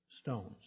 stones